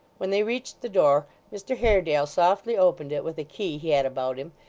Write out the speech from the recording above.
when they reached the door mr haredale softly opened it with a key he had about him,